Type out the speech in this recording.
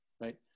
right